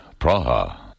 Praha